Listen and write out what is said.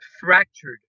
fractured